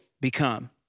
become